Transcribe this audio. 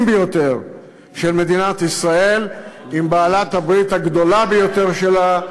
ביותר של מדינת ישראל עם בעלת-הברית הגדולה ביותר שלה,